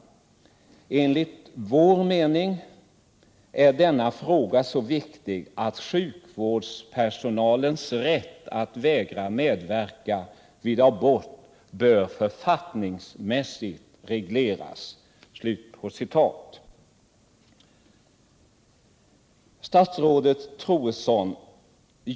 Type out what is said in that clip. Enligt vår mening är denna fråga så viktig att sjukvårdspersonals rätt att vägra medverka vid abort bör författnings Om SÖrkeneten ör mässigt regleras.” NDS Statsrådet Troedsson!